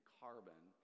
carbon